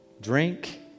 Drink